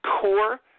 core